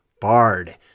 Bard